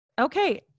Okay